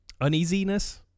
uneasiness